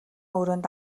өрөөнд